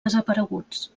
desapareguts